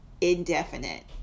Indefinite